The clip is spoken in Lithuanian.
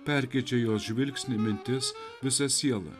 perkeičia jos žvilgsnį mintis visą sielą